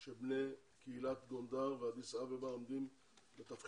של בני קהילות גונדר ואדיס אבבה העומדים בתבחינים